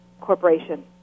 corporation